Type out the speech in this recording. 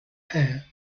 hair